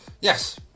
Yes